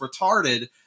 retarded